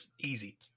easy